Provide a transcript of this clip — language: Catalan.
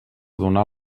donar